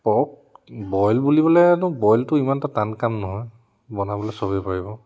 pork boil বুলিবলৈতো বইলটো ইমান এটা টান কাম নহয় বনাবলৈ চবেই পাৰিব